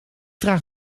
draag